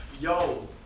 Yo